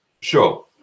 Sure